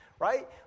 right